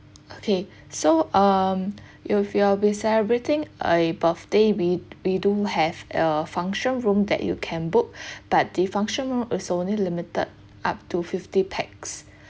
okay so um if you'll be celebrating a birthday we we do have a function room that you can book but the function room is only limited up to fifty pax